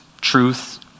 truth